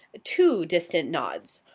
two distant nods.